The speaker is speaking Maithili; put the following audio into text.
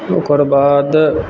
ओकरबाद